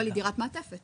אבל זו דירת מעטפת.